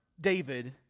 David